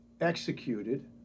executed